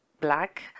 black